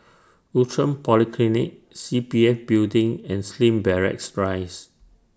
Outram Polyclinic C P F Building and Slim Barracks Rise